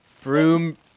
Broom